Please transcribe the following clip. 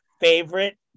Favorite